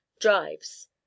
drives